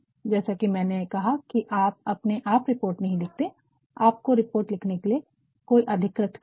जैसा कि मैंने कहा की आप अपने आप रिपोर्ट नहीं लिखते हैं कोई आपको रिपोर्ट लिखने के लिए अधिकृत करता है